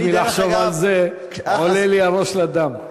רק מלחשוב על זה, עולה לי הראש לדם...